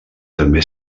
també